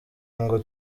ngo